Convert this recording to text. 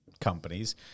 companies